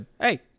Hey